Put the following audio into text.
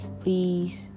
please